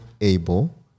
able